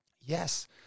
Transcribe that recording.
Yes